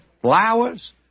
flowers